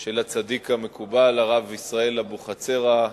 של הצדיק המקובל, הרב ישראל אבוחצירא,